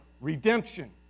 redemption